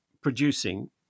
producing